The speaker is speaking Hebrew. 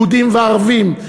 יהודים וערבים,